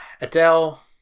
Adele